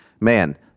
Man